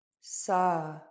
sa